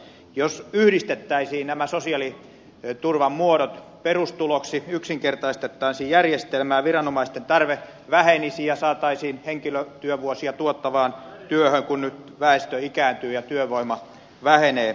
jos yhdistettäisiin nämä sosiaaliturvan muodot perustuloksi yksinkertaistettaisiin järjestelmää viranomaisten tarve vähenisi ja saataisiin henkilötyövuosia tuottavaan työhön kun nyt väestö ikääntyy ja työvoima vähenee